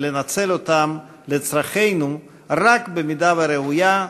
ולנצל אותם לצרכינו רק במידה הראויה,